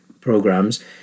programs